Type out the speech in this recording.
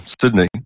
Sydney